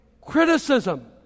criticism